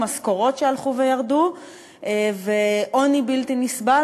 משכורות שהלכו וירדו ועוני בלתי נסבל